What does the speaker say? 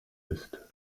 ist